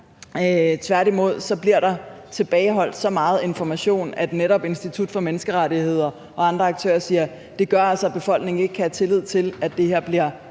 Tværtimod bliver der tilbageholdt så meget information, at netop Institut for Menneskerettigheder og andre aktører siger, at det altså gør, at befolkningen ikke kan have tillid til, at det her bliver